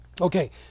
Okay